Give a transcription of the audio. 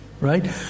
right